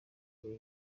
ariyo